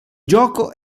gioco